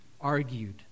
argued